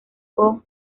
con